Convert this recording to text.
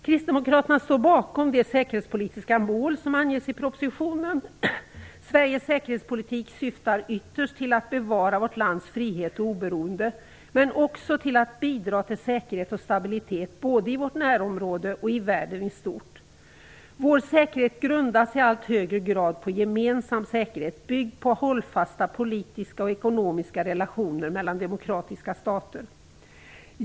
Kristdemokraterna står bakom det säkerhetspolitiska mål som anges i propositionen. Sveriges säkerhetspolitik syftar ytterst till att bevara vårt lands frihet och oberoende men också till att bidra till säkerhet och stabilitet, både i vårt närområde och i världen i stort. Vår säkerhet grundas i allt högre grad på gemensam säkerhet, byggd på hållfasta politiska och ekonomiska relationer mellan demokratiska stater.